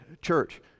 church